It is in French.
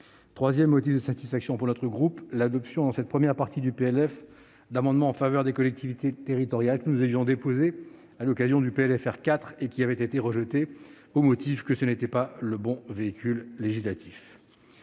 troisième motif de satisfaction pour notre groupe est l'adoption, dans cette première partie du PLF, d'amendements en faveur des collectivités territoriales que nous avions déposés à l'occasion du PLFR 4 et qui avaient été rejetés au motif que ce texte n'était pas le bon véhicule législatif.